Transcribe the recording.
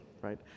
right